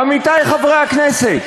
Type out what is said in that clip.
עמיתי חברי הכנסת,